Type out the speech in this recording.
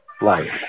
life